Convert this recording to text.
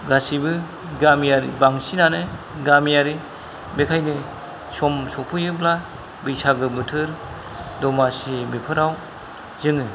गासैबो गामियारि बांसिनानो गामियारि बेखायनो सम सौफैयोब्ला बैसागो बोथोर दमासि बेफोराव जोङो